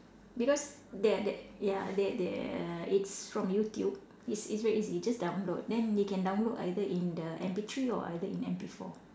because there there ya there there uh it's from YouTube it's it's very easy just download then they can download either in the M_P three or either in M_P four